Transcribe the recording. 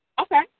Okay